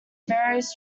various